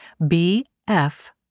bf